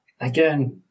again